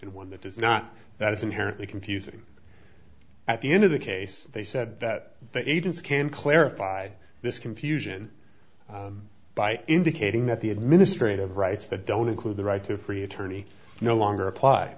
and one that does not that is inherently confusing at the end of the case they said that the agents can clarify this confusion by indicating that the administrative rights that don't include the right to free attorney no longer apply